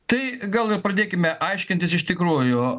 tai gal ir pradėkime aiškintis iš tikrųjų